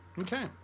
Okay